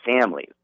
families